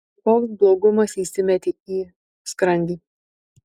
kažkoks blogumas įsimetė į skrandį